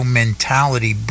mentality